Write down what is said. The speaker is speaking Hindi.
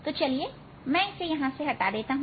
इसलिए इसे मैं यहां से हटा देता हूं